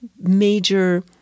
major